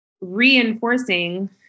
reinforcing